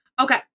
Okay